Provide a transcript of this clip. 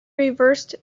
reversed